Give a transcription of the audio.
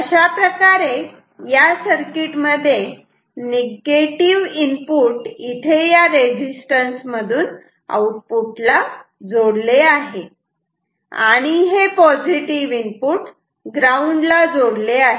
अशाप्रकारे या सर्किट मध्ये निगेटिव्ह इनपुट इथे या रेजिस्टन्स मधून आउटपुट ला जोडले आहे आणि हे पॉझिटिव्ह इनपुट ग्राउंड ला जोडले आहे